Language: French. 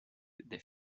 des